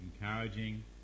encouraging